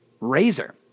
razor